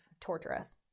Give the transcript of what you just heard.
torturous